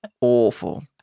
awful